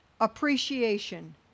appreciation